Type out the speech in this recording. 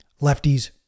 lefties